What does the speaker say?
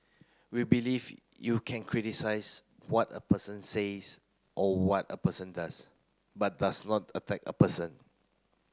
we believe you can criticise what a person says or what a person does but does not attack a person